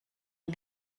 yng